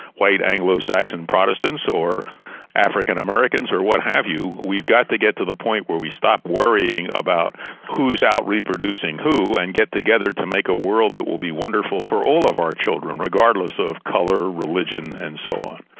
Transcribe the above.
white anglo-saxon protestants, or african-americans or what have you, we've got to get to the point where we stop worrying about who is out-reproducing who and get together to make a world that will be wonderful for all of our children, regardless of colour, religion and so on.